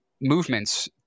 movements